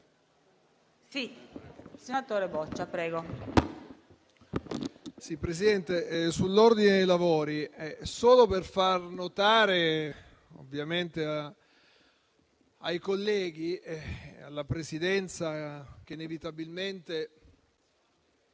intervengo sull'ordine dei lavori, per far notare ai colleghi e alla Presidenza, che inevitabilmente